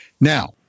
Now